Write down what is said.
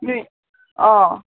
ꯑꯥ